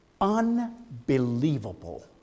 unbelievable